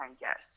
yes